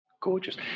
Gorgeous